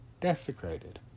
desecrated